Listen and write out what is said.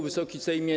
Wysoki Sejmie!